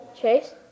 Chase